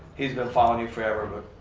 he's been following me forever, but